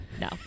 no